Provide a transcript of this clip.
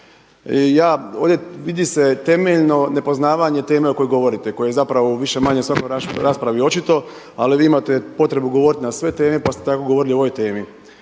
ovdje, vidi se temeljno nepoznavanje teme o kojoj govorite, koje je zapravo u više-manje svakoj raspravi očito. Ali vi imate potrebu govoriti na sve teme, pa ste tako govorili o ovoj temi.